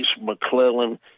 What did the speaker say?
McClellan